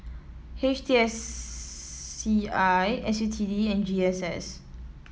H T S C I S U T D and G S S